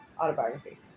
Autobiography